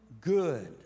good